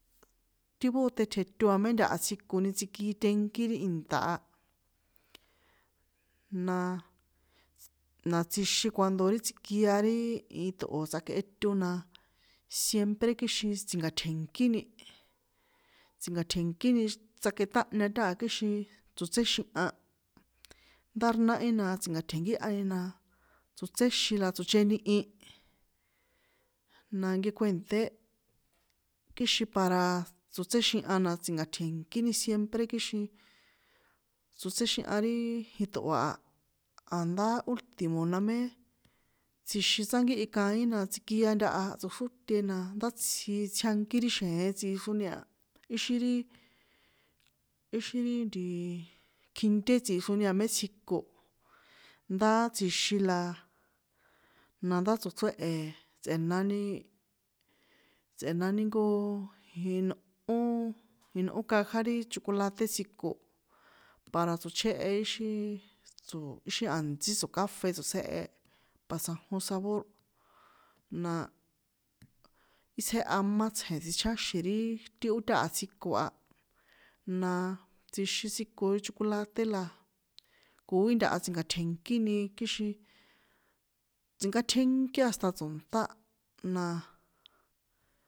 Ti bóté tjeto a mé ntaha tsjikoni tsikitenkí ri ìnṭa̱ a, naaa, tss na tsjixin cuando ri tsikia ri iṭꞌo̱ tsakꞌeto na, siempre kixin tsi̱nka̱tjie̱nkíni, tsi̱nka̱tjie̱nkíni tsakeṭahña táha kixin tsotséxinha, ndá nahi na tsi̱nka̱tjenkíhyani na tsotséxin la tsochenihi, na nkekuènṭé, kixin para tsotséxinhana tsi̱na̱tjie̱nkíni siempre kixin tsotséxiha riiiii, jiṭꞌo̱ a, a̱ndá ultimo̱ namé, tsjixin tsꞌánkíhi kaín na tsikia ntaha tsoxróte na ndá tsji tsjiankí ri xje̱en tsjixroni a, íxin ri, íxín ri ntii, kjinté tsixroni a mé tsjiko, ndá tsjixin la, nandá tsochréhe tsꞌe̱nani, tsꞌe̱nani nkoooo, jinꞌó, inꞌó kaja ri chokolate tsjiko, para tsochjéhe íxi tso̱ íxi a̱ntsí tso̱káfe tsotsjehe, pa tsjanjon sabor, naa, itsjeha má tsje̱n tsicháxi̱n ri ó táha tsjiko a, na- a, tsjixin tsjiko ri chokolate la, koí ntaha tsi̱nka̱tje̱nkíni kixin tsinkátjénkí hasta tso̱nṭá, naa.